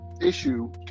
issue